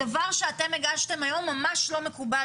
הדבר שאתם הגשתם היום ממש לא מקובל.